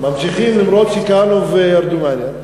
ממשיכים אפילו שכהנוף ירדו מהעניין.